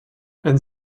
and